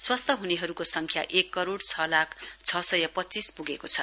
स्वस्थ हृनेहरुको संख्या एक करोइ छ लाख छ सय पच्चीस प्गेको छ